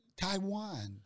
Taiwan